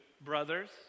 brothers